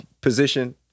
position